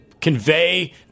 convey